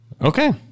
Okay